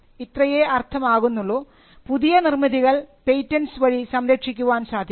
ഇത്രയേ അർത്ഥം ആക്കുന്നുള്ളൂ പുതിയ നിർമ്മിതികൾ പേറ്റന്റ്സ് വഴി സംരക്ഷിക്കുവാൻ സാധിക്കും